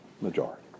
majority